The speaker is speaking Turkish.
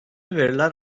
veriler